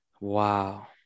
Wow